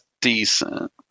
decent